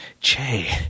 Che